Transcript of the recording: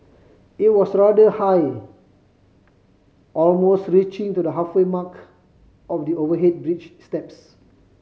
it was rather high almost reaching to the halfway mark of the overhead bridge steps